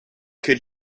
could